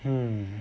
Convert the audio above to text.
hmm